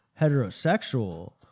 heterosexual